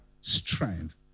strength